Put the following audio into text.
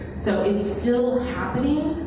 so it's still happening,